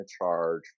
charge